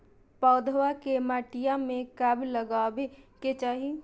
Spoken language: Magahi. पौधवा के मटिया में कब लगाबे के चाही?